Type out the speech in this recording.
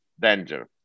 danger